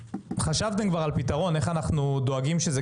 חשבתם כבר על פתרון איך אנחנו דואגים שזה